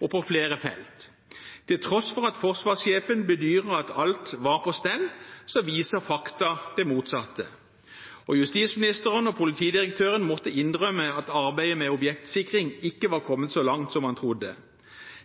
og på flere felt. Til tross for at forsvarsjefen bedyret at alt var på stell, viser fakta det motsatte. Og justisministeren og politidirektøren måtte innrømme at arbeidet med objektsikring ikke var kommet så langt som man trodde.